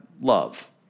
love